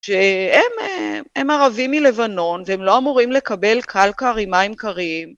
שהם ערבים מלבנון והם לא אמורים לקבל קלקר עם מים קרים.